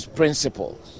principles